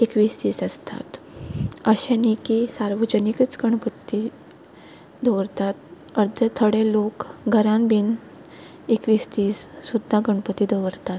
एकवीस दीस आसता अशें न्ही की सार्वजनीकच गणपती दवरतात अर्दे थोडे लोक घरान बीन एकवीस दीस सुद्दां गणपती दवरतात